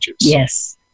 Yes